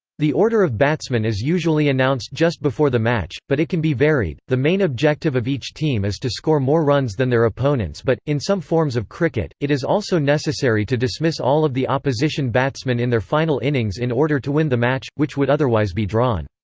the order of batsmen is usually announced just before the match, but it can be varied the main objective of each team is to score more runs than their opponents but, in some forms of cricket, it is also necessary to dismiss all of the opposition batsmen in their final innings in order to win the match, which would otherwise be drawn.